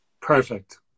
perfect